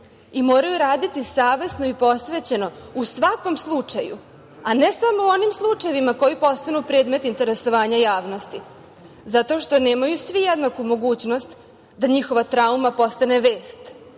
i moraju raditi savesno i posvećeno u svakom slučaju, a ne samo u onim slučajevima koji postanu predmet interesovanja javnosti. Zato što nemaju svi jednaku mogućnost da njihova trauma postane vest.